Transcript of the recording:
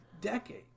decades